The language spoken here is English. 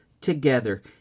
together